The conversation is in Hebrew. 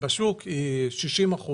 כ-60%,